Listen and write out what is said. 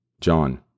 John